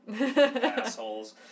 assholes